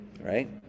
right